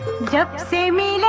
depth i mean